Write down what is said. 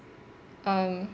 um